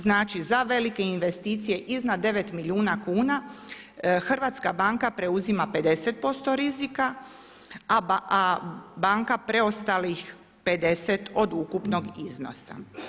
Znači za velike investicije iznad 9 milijuna kuna hrvatska banka preuzima 50% rizika, a banka preostalih 50 od ukupnog iznosa.